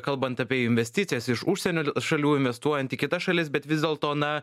kalbant apie investicijas iš užsienio šalių investuojant į kitas šalis bet vis dėlto na